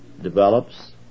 develops